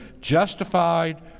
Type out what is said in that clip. justified